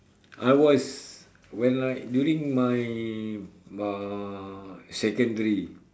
I was when like during my uh secondary